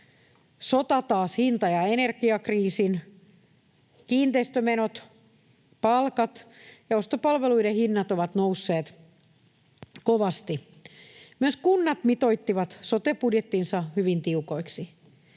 sota taas hinta- ja energiakriisin. Kiinteistömenot, palkat ja ostopalveluiden hinnat ovat nousseet kovasti. Myös kunnat mitoittivat sote-budjettinsa hyvin tiukoiksi.